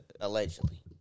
allegedly